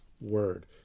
word